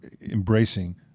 embracing